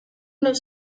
los